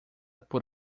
por